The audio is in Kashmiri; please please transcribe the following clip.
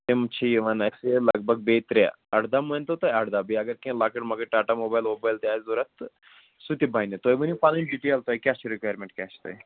تِم چھِ یِوان اَسہِ لگ بگ بیٚیہِ ترٛےٚ اَرداہ مٲنۍ تو تُہۍ اَرداہ بیٚیہِ اگر کیٚنٛہہ لۅکٕٹۍ مۄکٕٹۍ ٹاٹا موبایِل ووبایِل تہِ آسہِ ضروٗرت تہٕ سُہ تہِ بَنہِ تُہۍ ؤنِو پَنٕنۍ ڈِٹیل تۄہہِ کیٛاہ چھِ رِکایَرمٮ۪نٛٹ کیٛاہ چھِ تۄہہِ